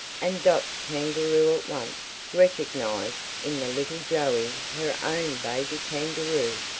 and dot's kangaroo at once recognised in the little joey her own baby kangaroo.